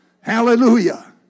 Hallelujah